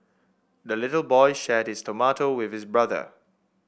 the little boy shared his tomato with his brother